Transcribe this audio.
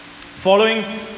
Following